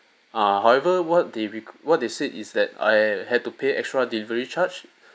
uh however what they req~ they said is that I had to pay extra delivery charge